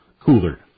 cooler